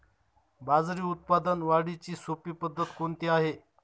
बाजरी उत्पादन वाढीची सोपी पद्धत कोणती आहे?